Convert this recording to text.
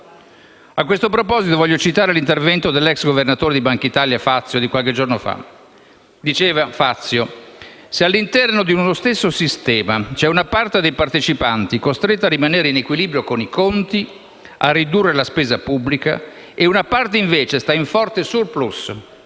A tal proposito voglio citare l'intervento dell'ex governatore di Bankitalia Fazio di qualche giorno fa. Diceva Fazio che se all'interno di uno stesso sistema c'è una parte dei partecipanti costretta a rimanere in equilibrio con i conti e a ridurre la spesa pubblica, e una parte invece sta in forte *surplus*,